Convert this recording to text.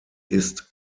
ist